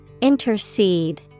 Intercede